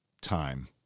time